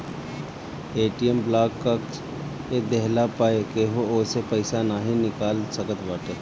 ATM block कअ देहला पअ केहू ओसे पईसा नाइ निकाल सकत बाटे